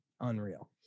unreal